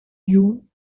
june